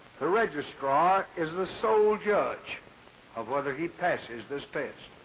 the registrar is the sole judge of whether he passes this test.